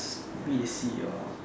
maybe they see your